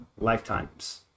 lifetimes